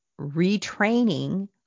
retraining